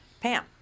Pam